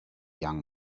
young